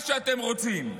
מה שאתם רוצים.